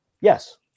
Yes